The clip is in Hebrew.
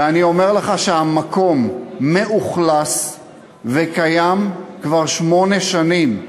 ואני אומר לך שהמקום מאוכלס וקיים כבר שמונה שנים,